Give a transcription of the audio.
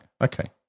Okay